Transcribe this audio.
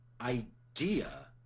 idea